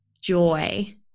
joy